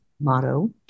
motto